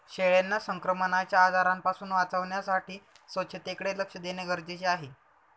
शेळ्यांना संक्रमणाच्या आजारांपासून वाचवण्यासाठी स्वच्छतेकडे लक्ष देणे गरजेचे आहे